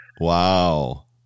Wow